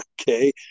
okay